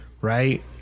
right